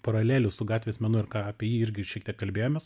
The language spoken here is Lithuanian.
paralelių su gatvės menu ir ką apie jį irgi šiek tiek kalbėjomės